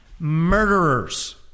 murderers